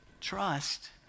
trust